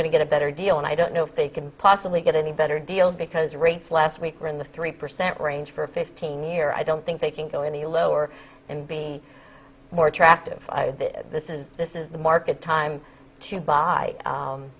going to get a better deal and i don't know if they can possibly get any better deals because rates last week were in the three percent range for a fifteen year i don't think they can go any lower and be more attractive this is this is the market time to buy